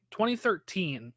2013